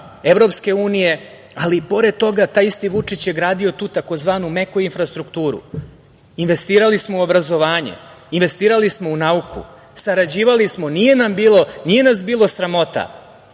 Evropske unije. Pored toga, taj isti Vučić je gradio tu tzv. meku infrastrukturu. Investirali smo u obrazovanje, investirali smo u nauku. Sarađivali smo. Nije nas bilo sramota